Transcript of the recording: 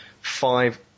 five